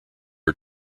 are